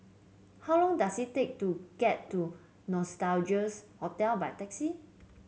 how long does it take to get to Nostalgia Hotel by taxi